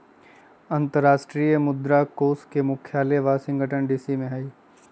अंतरराष्ट्रीय मुद्रा कोष के मुख्यालय वाशिंगटन डीसी में हइ